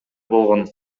болгон